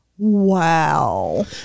wow